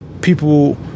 people